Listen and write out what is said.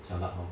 jialat hor